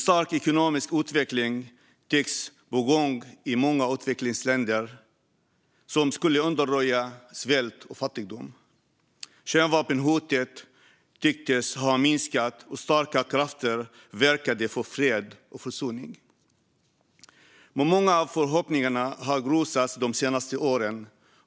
I många utvecklingsländer tycktes en stark ekonomisk utveckling som skulle undanröja svält och fattigdom vara på gång. Kärnvapenhotet tycktes ha minskat, och starka krafter verkade för fred och försoning. Många av förhoppningarna har dock grusats de senaste åren.